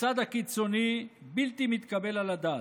בצד הקיצוני, בלתי מתקבל על הדעת,